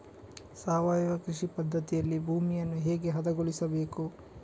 ಸಾವಯವ ಕೃಷಿ ಪದ್ಧತಿಯಲ್ಲಿ ಭೂಮಿಯನ್ನು ಹೇಗೆ ಹದಗೊಳಿಸಬೇಕು?